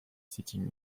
sitting